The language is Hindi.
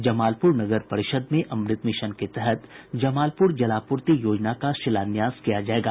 जमालपुर नगर परिषद में अमृत मिशन के तहत जमालपुर जलापूर्ति योजना का शिलान्यास किया जाएगा